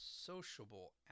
sociable